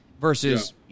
versus